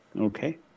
Okay